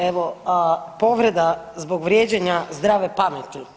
Evo, povreda zbog vrijeđanja zdrave pameti.